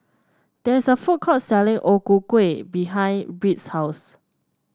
there is a food court selling O Ku Kueh behind Britt's house